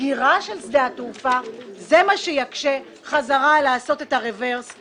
הסגירה של שדה התעופה זה מה שיקשה חזרה לעשות את הרוורס,